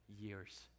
years